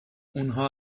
اونها